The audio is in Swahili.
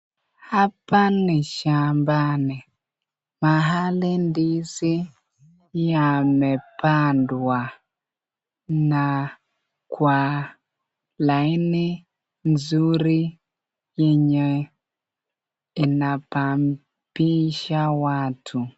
Hapa ni shambani mahali ndizi yamepandwa na kwa laini nzuri yenye inapambisha watu.